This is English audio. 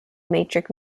matrix